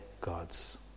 gods